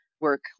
work